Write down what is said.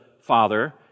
father